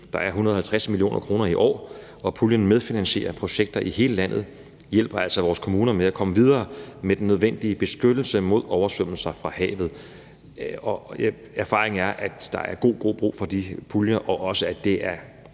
Der er 150 mio. kr. i år, og puljen medfinansierer projekter i hele landet og hjælper altså vores kommuner med at komme videre med den nødvendige beskyttelse mod oversvømmelser fra havet. Og erfaringen er, at der er god brug for de puljer, og at det også